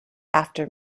after